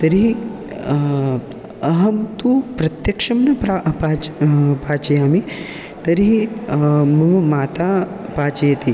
तर्हि अहं तु प्रत्यक्षं न प्रा पाच पाचयामि तर्हि मम माता पाचयति